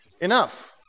enough